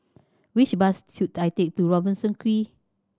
which bus should I take to Robertson Quay